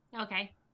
Okay